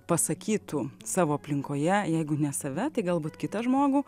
pasakytų savo aplinkoje jeigu ne save tai galbūt kitą žmogų